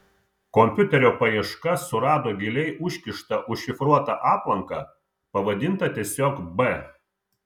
kompiuterio paieška surado giliai užkištą užšifruotą aplanką pavadintą tiesiog b